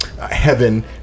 heaven